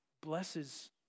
blesses